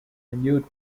renewed